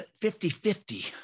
50-50